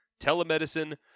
Telemedicine